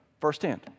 firsthand